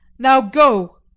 now go!